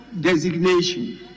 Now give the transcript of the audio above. designation